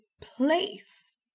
place